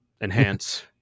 enhance